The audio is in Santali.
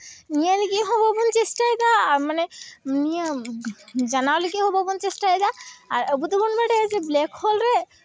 ᱧᱮᱞ ᱞᱟᱹᱜᱤᱫ ᱦᱚᱸ ᱵᱟᱵᱚᱱ ᱪᱮᱥᱴᱟᱭᱮᱫᱟ ᱟᱨ ᱢᱟᱱᱮ ᱱᱤᱭᱟᱹ ᱡᱟᱱᱟᱣ ᱞᱟᱹᱜᱤᱫ ᱦᱚᱸ ᱵᱟᱵᱚᱱ ᱪᱮᱥᱴᱟᱭᱮᱫᱟ ᱟᱨ ᱟᱵᱚ ᱫᱚᱵᱚᱱ ᱵᱟᱰᱟᱭᱟ ᱡᱮ ᱵᱞᱮᱠ ᱦᱳᱞ ᱨᱮ